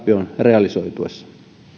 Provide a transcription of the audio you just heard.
realisoituessa